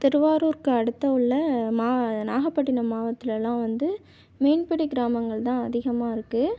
திருவாரூர்க்கு அடுத்த உள்ளே மா நாகப்பட்டினம் மாவட்டத்துலெலாம் வந்து மீன்பிடி கிராமங்கள் தான் அதிகமாக இருக்குது